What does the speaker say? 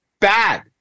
bad